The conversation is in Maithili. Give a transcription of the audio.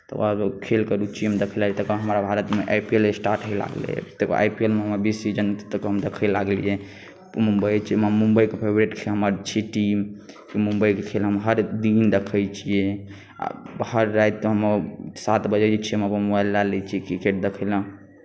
तकर बाद खेलके रुचिमे देखलै तकर बाद हमर भारतमे आइ पी एल स्टार्ट हुअ लागलै तकर बाद आइ पी एल मे हमर बीस सीजनतक हम देखय लागलियै मुम्बइ चेन्न मुम्बइके फेवरिट छी हमर टीम मुम्बइके खेल हम हर दिन देखै छियै आ हर राति हम सात बजै छै मोबाइल लै छियै क्रिकेट देखै लेल